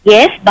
Yes